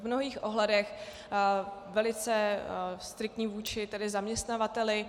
V mnohých ohledech velice striktní vůči tedy zaměstnavateli.